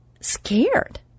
scared